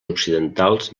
occidentals